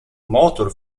motor